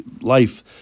life